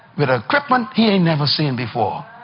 with equipment he ain't never seen before.